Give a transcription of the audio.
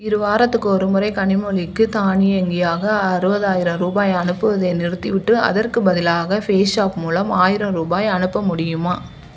இருவாரத்துக்கு ஒருமுறை கனிமொழிக்கு தானியங்கியாக அறுபதாயிரம் ரூபாய் அனுப்புவதை நிறுத்திவிட்டு அதற்குப் பதிலாக ஃபேஷாப் மூலம் ஆயிரம் ரூபாய் அனுப்ப முடியுமா